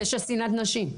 פשע שנאת נשים.